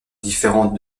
différente